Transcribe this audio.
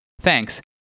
Thanks